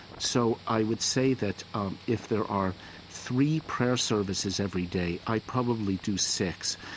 so i would say that um if there are three prayer services everyday, i probably do six,